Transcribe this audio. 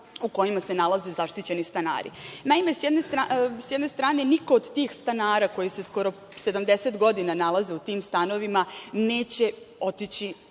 u kojima se nalaze zaštićeni stanari. Naime, sa jedne strane niko od tih stanara koji se skoro 70 godina nalaze u tim stanovima, neće ostati